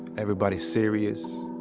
everybody's serious.